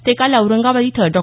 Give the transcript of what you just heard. ते काल औरंगाबाद इथं डॉ